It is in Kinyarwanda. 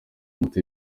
moto